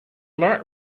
light